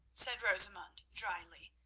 said rosamund drily,